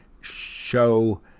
show